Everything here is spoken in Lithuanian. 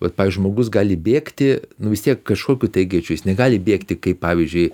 vat pavyzdžiui žmogus gali bėgti nu vis tiek kažkokiu tai greičiu jis negali bėgti kaip pavyzdžiui